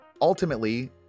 ultimately